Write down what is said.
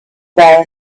there